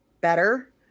better